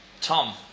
Tom